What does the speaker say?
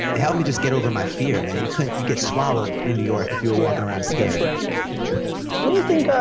it helped me just get over my fear, man. you couldn't, you'd get swallowed in new york if you were walking around scared. what do you think,